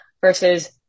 versus